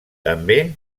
també